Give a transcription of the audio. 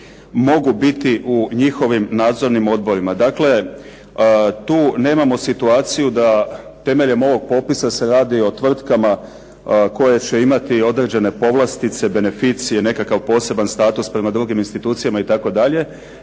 mogu biti u njihovim nadzornim odborima. Dakle, tu nemamo situaciju da temeljem ovog popisa se radi o tvrtkama koje će imati posebne povlastice, beneficije, nekakav poseban status prema drugim institucijama itd.,